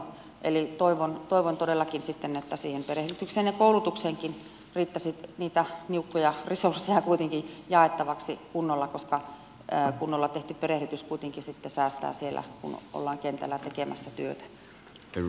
eli toivon todellakin sitten että siihen perehdytykseen ja koulutukseenkin riittäisi niitä niukkoja resursseja kuitenkin jaettavaksi kunnolla koska kunnolla tehty perehdytys kuitenkin sitten säästää siellä kun ollaan kentällä tekemässä työtä